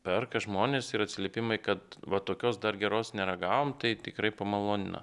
perka žmonės ir atsiliepimai kad va tokios dar geros neragavom tai tikrai pamalonino